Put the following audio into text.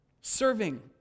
serving